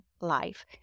life